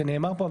זה נאמר פה,